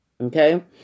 okay